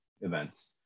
events